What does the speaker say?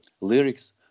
lyrics